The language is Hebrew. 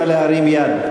נא להרים יד.